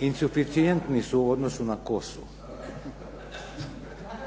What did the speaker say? Insuficijentni su u odnosu na kosu